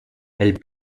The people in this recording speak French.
elle